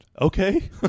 Okay